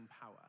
power